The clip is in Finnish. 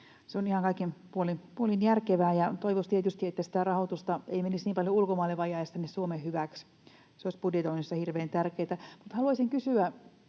Se on ihan kaikin puolin järkevää, ja toivoisi tietysti, että sitä rahoitusta ei menisi niin paljon ulkomaille, vaan se jäisi tänne Suomen hyväksi. Se olisi budjetoinnissa hirveän tärkeätä. Mutta haluaisin kysyä